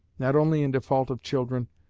not only in default of children,